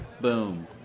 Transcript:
Boom